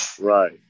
Right